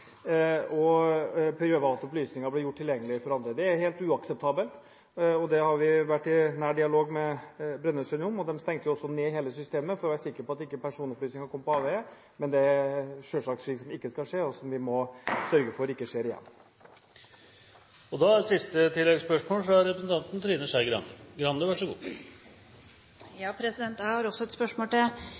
opplysninger ble gjort tilgjengelig for andre. Det er helt uakseptabelt. Vi har vært i nær dialog med Brønnøysund om dette, og de stengte jo også ned hele systemet for å være sikre på at ikke personopplysninger kom på avveier. Men dette er selvsagt noe som ikke skal skje, og som vi må sørge for ikke skjer igjen. Trine Skei Grande – til siste